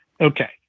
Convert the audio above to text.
Okay